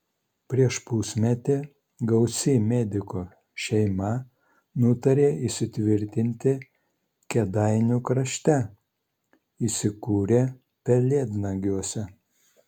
prieš pusmetį gausi medikų šeima nutarė įsitvirtinti kėdainių krašte įsikūrė pelėdnagiuose